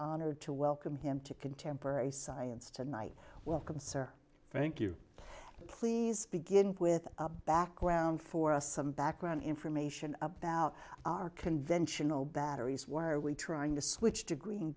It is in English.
honored to welcome him to contemporary science tonight welcome sir thank you please begin with a background for us some background information about our conventional batteries were we trying to switch to green